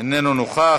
איננו נוכח,